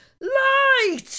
Light